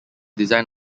design